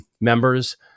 members